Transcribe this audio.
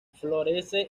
florece